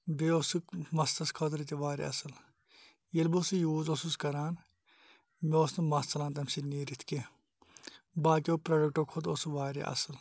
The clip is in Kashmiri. بیٚیہِ اوس سُہ مَستَس خٲطرٕ تہِ واریاہ اَصٕل ییٚلہِ بہٕ سُہ یوٗز اوسُس کَران مےٚ اوس نہٕ مَس ژَلان تَمہِ سۭتۍ نیٖرِتھ کینٛہہ باقٕیو پرٛوڈَکٹو کھۄتہٕ اوس سُہ واریاہ اَصٕل